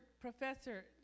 professor